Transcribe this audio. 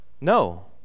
No